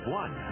one